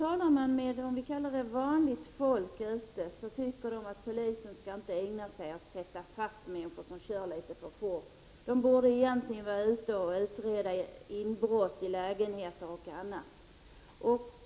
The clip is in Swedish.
Talar man med vanligt folk tycker de att polisen inte skall ägna sig åt att sätta fast människor som kör litet för fort. Man anser att polisen i stället borde ägna sig åt annan brottslighet, t.ex. att utreda inbrott i lägenheter.